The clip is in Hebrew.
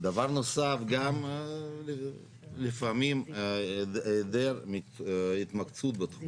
דבר נוסף, גם לפעמים העדר התמקצעות בתחום.